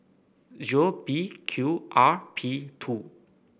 B Q R P two